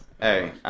Hey